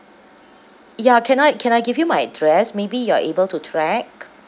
ya can I can I give you my address maybe you are able to track